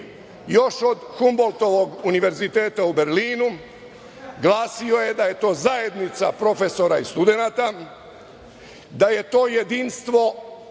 još od Humboltovog Univerziteta u Berlinu glasio je da je to zajednica profesora i studenata, da je to jedinstvo